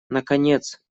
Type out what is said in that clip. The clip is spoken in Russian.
наконец